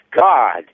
God